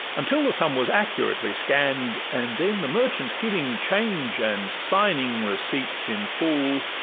until the sum was accurately scann'd, and then the merchant giving change, and signing receipts in full,